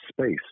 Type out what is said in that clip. space